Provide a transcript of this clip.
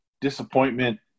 disappointment